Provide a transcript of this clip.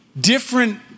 different